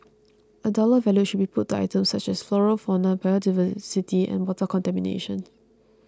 a dollar value should be put to items such as flora fauna biodiversity and water contamination